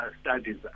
studies